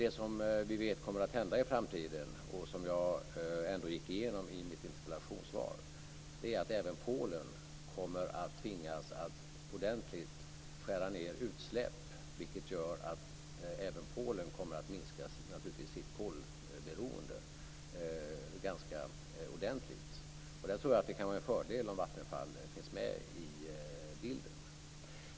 Det som vi vet kommer att hända i framtiden - och som jag ändå gick igenom i mitt interpellationssvar - är att även Polen kommer att tvingas att ordentligt skära ned utsläpp, vilket gör att även Polen kommer att minska sitt kolberoende ganska ordentligt. Där tror jag att det kan vara en fördel om Vattenfall finns med i bilden.